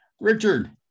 Richard